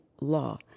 Law